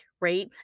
right